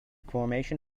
formation